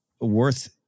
worth